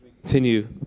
continue